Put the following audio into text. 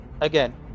Again